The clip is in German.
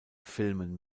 filmen